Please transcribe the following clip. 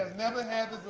never had